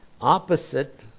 opposite